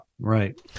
right